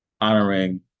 honoring